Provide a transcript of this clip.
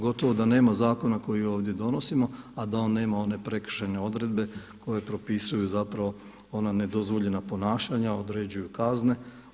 Gotovo da nema zakona koji ovdje donosimo a da on nema one prekršajne odredbe koje propisuju zapravo ona nedozvoljena ponašanja, određuju kazne.